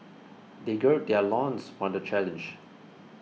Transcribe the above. they gird their loins for the challenge